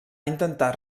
intentar